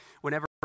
whenever